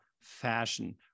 fashion